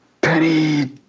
penny